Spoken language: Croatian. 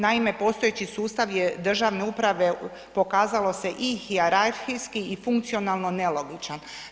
Naime, postojeći sustav državne uprave pokazalo se i hijerarhijski i funkcionalno nelogičan.